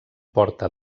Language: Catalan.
porta